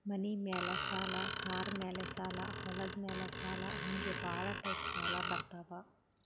ಮನಿ ಮ್ಯಾಲ ಸಾಲ, ಕಾರ್ ಮ್ಯಾಲ ಸಾಲ, ಹೊಲದ ಮ್ಯಾಲ ಸಾಲ ಹಿಂಗೆ ಭಾಳ ಟೈಪ್ ಸಾಲ ಬರ್ತಾವ್